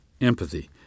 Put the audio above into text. Empathy